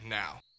now